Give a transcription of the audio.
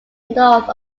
north